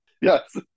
Yes